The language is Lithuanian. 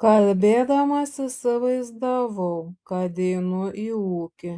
kalbėdamas įsivaizdavau kad einu į ūkį